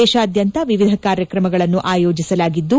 ದೇಶಾದ್ಯಂತ ವಿವಿಧ ಕಾರ್ಕ್ರಮಗಳನ್ನು ಆಯೋಜಿಸಲಾಗಿದ್ದು